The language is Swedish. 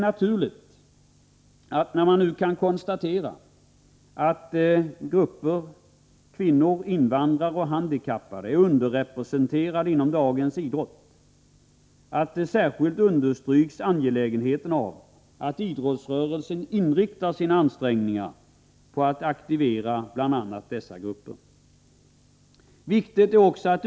När man kan konstatera att grupper som kvinnor, invandrare och handikappade är underrepresenterade inom dagens idrott, är det naturligt att särskilt understryka det angelägna i att idrottsrörelsen inriktar sina ansträngningar på att aktivera bl.a. dessa grupper.